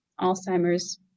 Alzheimer's